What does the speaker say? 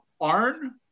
Arn